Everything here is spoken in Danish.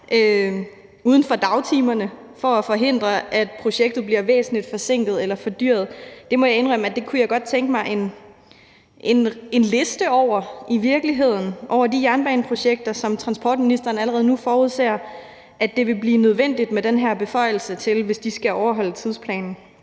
uden for dagtimerne for at forhindre, at projektet bliver væsentlig forsinket eller fordyret? Det må jeg indrømme at jeg i virkeligheden godt kunne tænke mig en liste over, altså over de jernbaneprojekter, hvor transportministeren allerede nu forudser at det vil blive nødvendigt med den her beføjelse, hvis de skal overholde tidsplanen.